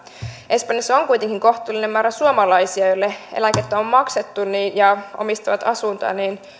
espanjassa on kuitenkin kohtuullinen määrä suomalaisia joille eläkkeitä on maksettu ja jotka omistavat asuntoja niin että